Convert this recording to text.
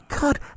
God